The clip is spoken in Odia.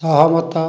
ସହମତ